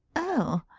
oh,